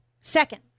Second